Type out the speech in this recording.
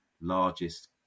largest